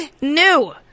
new